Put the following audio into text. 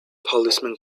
policemen